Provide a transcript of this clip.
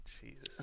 Jesus